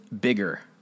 bigger